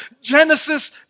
Genesis